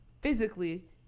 physically